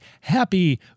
happy